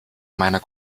meiner